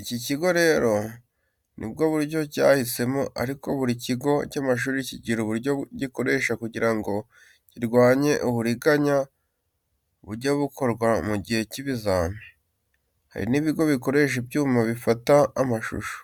Iki kigo rero nibwo buryo cyahisemo, ariko buri kigo cy’amashuri kigira uburyo gikoresha kugira ngo kirwanye uburiganya bujya bukorwa mu gihe cy’ibizami, hari n’ibigo bikoresha ibyuma bifata amashusho.